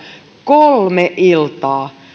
kolme iltaa